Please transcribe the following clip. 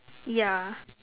yeah